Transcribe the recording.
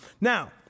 Now